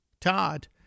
Todd